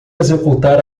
executar